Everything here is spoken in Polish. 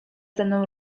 teraz